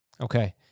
Okay